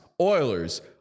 Oilers